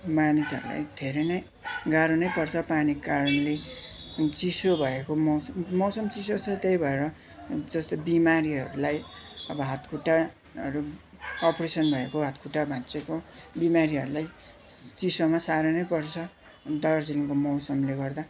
मानिसहरूलाई धेरै नै गाह्रो नै पर्छ पानीको कारणले चिसो भएको मौसम मौसम चिसो छ त्यही भएर जस्तै बिमारीहरूलाई अब हातखुट्टाहरू ओपरेसन भएको हातखुट्टा भाँचिएको बिमारीहरूलाई चिसोमा साह्रै नै पर्छ अनि दार्जिलिङको मौसमले गर्दा